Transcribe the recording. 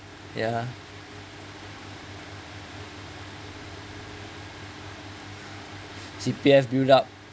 ya C_P_F built up